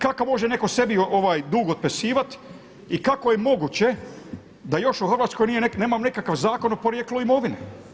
Kako može netko sebi dug otpisivati i kako je moguće da još u Hrvatskoj nemam nekakav zakon o porijeklu imovine.